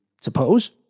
suppose